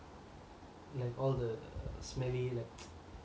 like all the smelly like